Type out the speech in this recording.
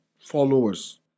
followers